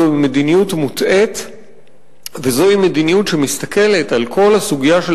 זוהי מדיניות מוטעית וזוהי מדיניות שמסתכלת על כל הסוגיה של